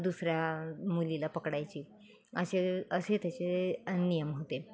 दुसऱ्या मुलीला पकडायची असे असे त्याचे नियम होते